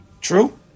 True